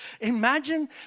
Imagine